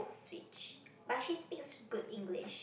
switch but she speaks good English